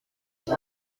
iyo